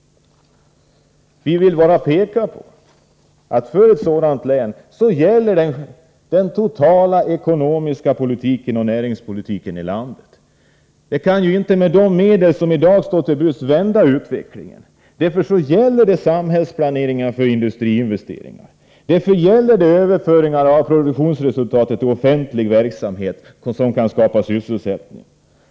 Vi vill peka på att för ett sådant län gäller den totala ekonomiska politiken och näringspolitiken i landet. Med de medel som i dag står till buds går det inte att vända utvecklingen. Därför gäller det samhällsplanering för industriinvesteringar. Därför gäller det att föra över produktionsresultatet till offentlig verksamhet, som sedan kan skapa sysselsättning.